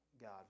God